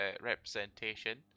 representation